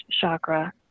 chakra